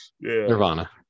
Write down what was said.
Nirvana